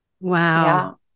wow